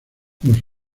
los